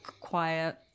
quiet